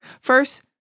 First